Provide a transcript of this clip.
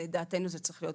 לדעתנו זה צריך להיות